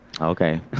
Okay